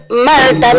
man